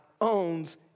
owns